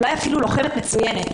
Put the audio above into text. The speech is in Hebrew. אולי אפילו לוחמת מצוינת,